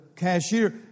cashier